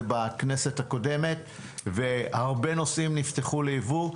בכנסת הקודמת והרבה נושאים נפתחו ליבוא,